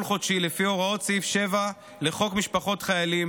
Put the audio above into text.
חודשי לפי הוראות סעיף 7 לחוק משפחות חיילים,